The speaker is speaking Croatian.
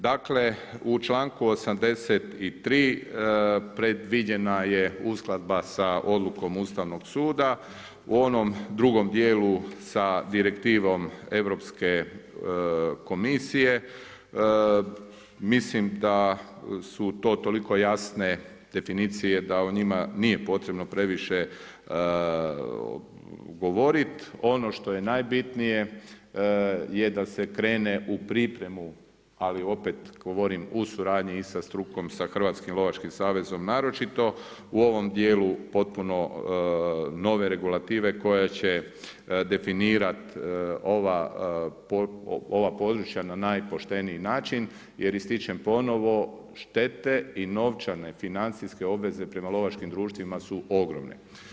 Dakle, u članku 83. predviđena je uskladba sa odlukom Ustavnog suda, u onom drugom dijelu sa Direktivnom Europske komisije, mislim da su to tolike jasne definicije, da o njima nije potrebno previše govoriti, ono što je najbitnije je da se krene u pripremu, ali opet, govorim u suradnji i sa strukom sa Hrvatskim lovačkim savezom, naročito, u ovom dijelu potpuno nove regulative koja će definirat ova područja na najpošteniji način, jer ističem ponovno štete i novčane financijske obveze prema lovačkim društvima su ogromne.